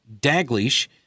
Daglish